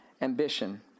ambition